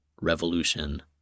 revolution